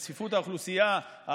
המרכיבים המשתנים הם צפיפות האוכלוסייה,